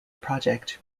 project